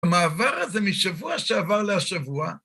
המעבר הזה משבוע שעבר להשבוע